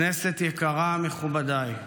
כנסת יקרה, מכובדיי,